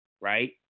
right